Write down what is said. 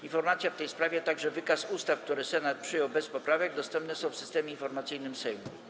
Informacja w tej sprawie, a także wykaz ustaw, które Senat przyjął bez poprawek, dostępne są w Systemie Informacyjnym Sejmu.